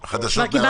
אני אגיד לכם